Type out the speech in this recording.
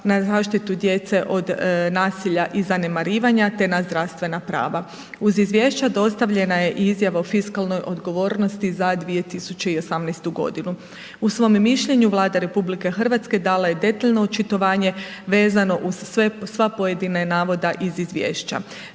na zaštitu djece od nasilja i zanemarivanje te na zdravstvena prava. Uz izvješće dostavljena je i izjava o fiskalnoj odgovornosti za 2018. g. U svom mišljenju Vlada RH dala je detaljno očitovanje vezano uz sve pojedine navode iz izvješća.